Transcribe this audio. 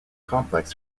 complex